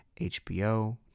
hbo